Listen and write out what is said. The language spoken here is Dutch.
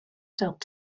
telt